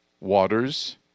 waters